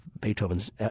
Beethoven's